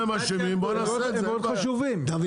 דוד,